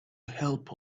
help